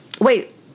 wait